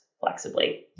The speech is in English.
flexibly